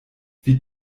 wie